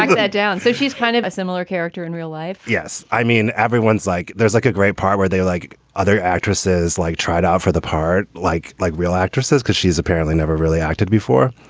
that down so she's kind of a similar character in real life yes. i mean, everyone's like there's like a great part where they, like other actresses, like tried out for the part like like real actresses. cause she's apparently never really acted before.